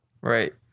Right